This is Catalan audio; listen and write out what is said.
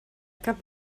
cap